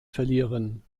verlieren